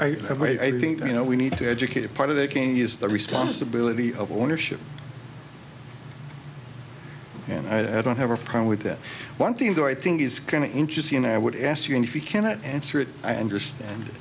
way i think you know we need to educate a part of a king is the responsibility of ownership and i don't have a problem with that one thing that i think is kind of interesting and i would ask you if you cannot answer it i understand